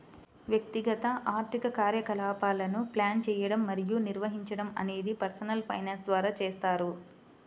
వ్యక్తిగత ఆర్థిక కార్యకలాపాలను ప్లాన్ చేయడం మరియు నిర్వహించడం అనేది పర్సనల్ ఫైనాన్స్ ద్వారా చేస్తారు